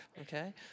okay